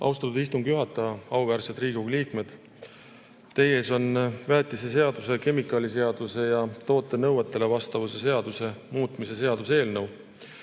Austatud istungi juhataja! Auväärsed Riigikogu liikmed! Teie ees on väetiseseaduse, kemikaaliseaduse ja toote nõuetele vastavuse seaduse muutmise seaduse eelnõu.